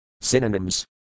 Synonyms